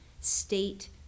state